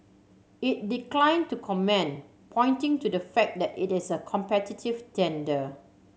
it declined to comment pointing to the fact that it is a competitive tender